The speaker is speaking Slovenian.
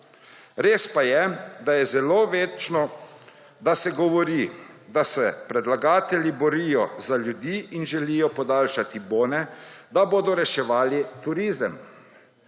Res pa je, da se govori, da se predlagatelji borijo za ljudi in želijo podaljšati bone, da bodo reševali turizem.